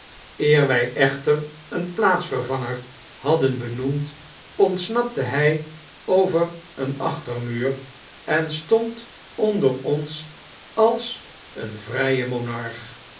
wy echter een plaatsvervanger hadden benoemd ontsnapte hy over een achtermuur en stond onder ons als een vrye monarch